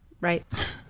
right